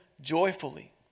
joyfully